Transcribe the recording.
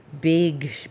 big